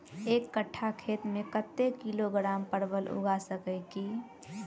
एक कट्ठा खेत मे कत्ते किलोग्राम परवल उगा सकय की??